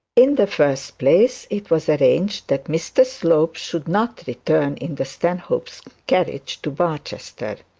in the first place, it was arranged that mr slope should not return in the stanhope's carriage to barchester.